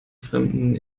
fremden